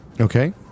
Okay